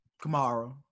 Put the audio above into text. Kamara